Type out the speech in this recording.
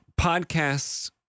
Podcasts